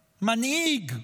מנהיג,